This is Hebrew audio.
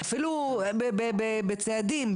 אפילו בצעדים,